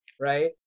right